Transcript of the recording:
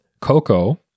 cocoa